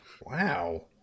Wow